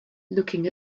looking